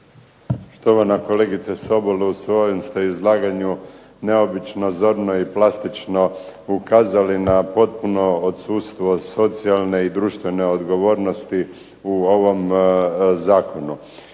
Štovana kolegice Sobol u svojem ste izlaganju neobično zorno i plastično ukazali na potpuno odsustvo socijalne i društvene odgovornosti u ovome zakonu.